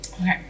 Okay